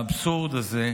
האבסורד הזה,